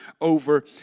over